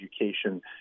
education